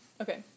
okay